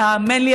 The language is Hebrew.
והאמן לי,